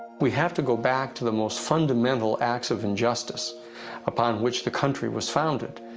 we have to go back to the most fundamental acts of injustice upon which the country was founded.